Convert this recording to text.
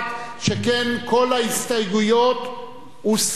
שכן כל ההסתייגויות הוסרו.